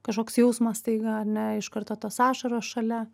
kažkoks jausmas staiga ar ne iš karto tos ašaros šalia